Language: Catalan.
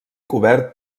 cobert